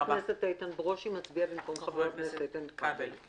חבר הכנסת איתן ברושי מצביע במקום חבר הכנסת איתן כבל.